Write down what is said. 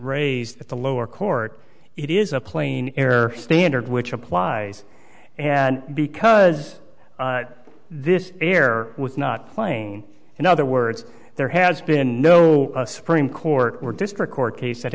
raised at the lower court it is a plain air standard which applies and because this air with not playing in other words there has been no supreme court we're district court case that